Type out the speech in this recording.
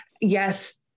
Yes